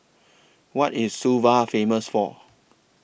What IS Suva Famous For